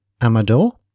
Amador